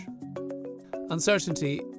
Uncertainty